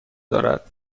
دارد